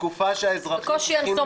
בתקופה שהאזרחים צריכים לשמור על עצמם